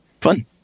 Fun